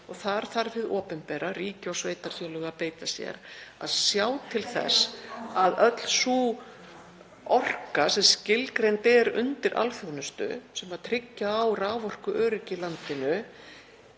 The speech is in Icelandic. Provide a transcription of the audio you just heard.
og þar þarf hið opinbera, ríki og sveitarfélög, að beita sér, að sjá til þess að öll sú orka sem skilgreind er undir alþjónustu, sem tryggja á raforkuöryggi í landinu,